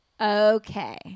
Okay